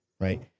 right